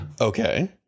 Okay